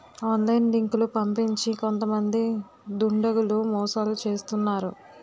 online లింకులు పంపించి కొంతమంది దుండగులు మోసాలు చేస్తున్నారు